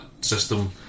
system